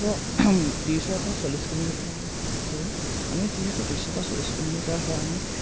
মাত্ৰ ত্ৰিছৰ পৰা চল্লিছ কিলোমিটাৰহে সেয়ে আমি যিহেতু ত্ৰিছৰ পৰা চল্লিছ কিলোমিটাৰ হয় আমি